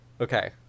Okay